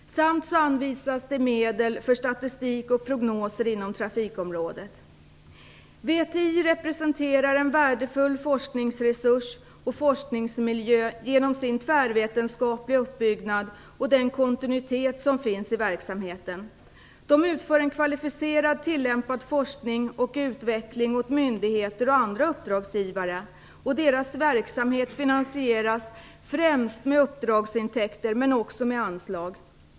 Dessutom anvisas medel för statistik och prognoser inom trafikområdet. VTI representerar en värdefull forskningsresurs och forskningsmiljö genom sin tvärvetenskapliga uppbyggnad och den kontinuitet som finns i verksamheten. Man utför en kvalificerad tillämpad forskning och utveckling åt myndigheter och andra uppdragsgivare. Verksamheten finansieras främst med uppdragsintäkter, men också med anslag.